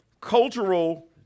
cultural